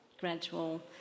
gradual